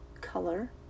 color